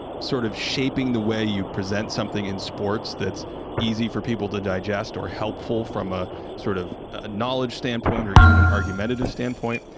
sort of shaping the way you present something in sports. that's easy for people to digest or helpful from a sort of ah knowledge standpoint or even an argumentative standpoint.